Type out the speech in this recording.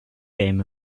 game